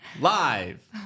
Live